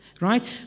right